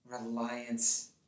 reliance